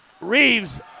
Reeves